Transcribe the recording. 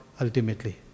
ultimately